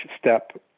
step